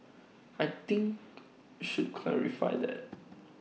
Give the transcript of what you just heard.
I think should clarify that